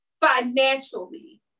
financially